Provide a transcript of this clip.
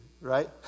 right